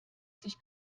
sich